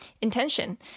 intention